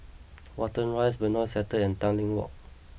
Watten Rise Benoi Sector and Tanglin Walk